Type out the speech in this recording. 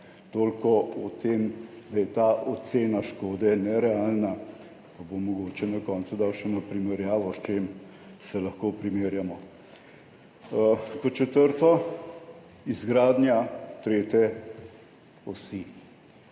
Toliko o tem, da je ta ocena škode nerealna, pabom mogoče na koncu dal še eno primerjavo, s čim se lahko primerjamo. Kot četrto – izgradnja tretje osi